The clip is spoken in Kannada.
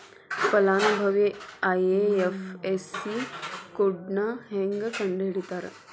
ಫಲಾನುಭವಿ ಐ.ಎಫ್.ಎಸ್.ಸಿ ಕೋಡ್ನಾ ಹೆಂಗ ಕಂಡಹಿಡಿತಾರಾ